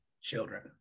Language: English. children